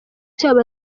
cyabo